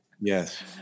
yes